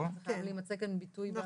להימצא ביטוי בחוק.